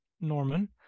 Norman